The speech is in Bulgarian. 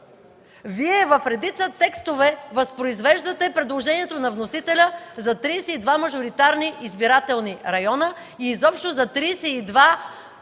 В редица текстове Вие възпроизвеждате предложението на вносителя за 32 мажоритарни избирателни района и изобщо за 32 пропорционални